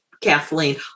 Kathleen